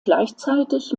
gleichzeitig